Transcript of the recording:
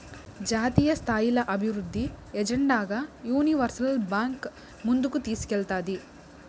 జాతీయస్థాయిల అభివృద్ధి ఎజెండాగా యూనివర్సల్ బాంక్ ముందుకు తీస్కేల్తాది